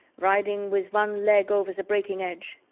riding with one leg over the breaking edge.